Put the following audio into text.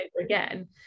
again